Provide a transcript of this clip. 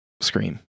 scream